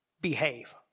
behave